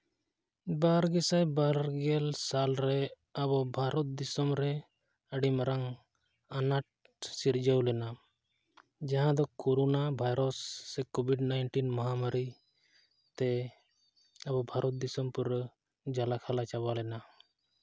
ᱵᱟᱨ ᱜᱮᱥᱟᱭ ᱵᱟᱨ ᱜᱮᱞ ᱥᱟᱞ ᱨᱮ ᱟᱵᱚ ᱵᱷᱟᱨᱚᱛ ᱫᱤᱥᱚᱢ ᱨᱮ ᱟᱹᱰᱤ ᱢᱟᱨᱟᱝ ᱟᱱᱟᱴ ᱥᱤᱨᱡᱟᱹᱣ ᱞᱮᱱᱟ ᱡᱟᱦᱟᱸ ᱫᱚ ᱠᱳᱨᱳᱱᱟ ᱵᱷᱟᱭᱨᱟᱥ ᱥᱮ ᱠᱳᱵᱷᱤᱰ ᱱᱟᱭᱤᱱᱴᱤᱱ ᱢᱚᱦᱟᱢᱟᱨᱤᱛᱮ ᱟᱵᱚ ᱵᱷᱟᱨᱚᱛ ᱫᱤᱥᱚᱢ ᱯᱩᱨᱟᱹ ᱡᱟᱞᱟᱠᱷᱟᱞᱟ ᱪᱟᱵᱟ ᱞᱮᱱᱟ